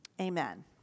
Amen